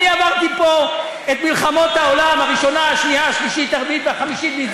חבר הכנסת סמוטריץ, אתה